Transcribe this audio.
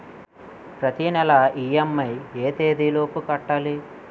ప్రతినెల ఇ.ఎం.ఐ ఎ తేదీ లోపు కట్టాలి?